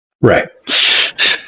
Right